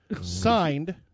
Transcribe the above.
signed